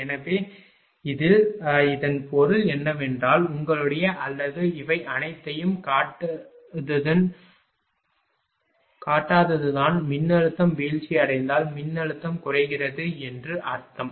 எனவே இல் இதன் பொருள் என்னவென்றால் உங்களுடைய அல்லது இவை அனைத்தையும் காட்டாததுதான் மின்னழுத்தம் வீழ்ச்சியடைந்தால் மின்னழுத்தம் குறைகிறது என்று அர்த்தம்